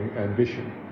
Ambition